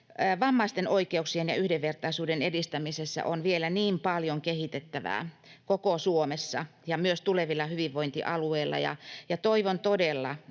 Vammaisten oikeuksien ja yhdenvertaisuuden edistämisessä on vielä niin paljon kehitettävää koko Suomessa ja myös tulevilla hyvinvointialueilla, ja toivon todella,